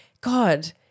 God